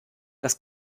das